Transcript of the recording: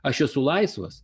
aš esu laisvas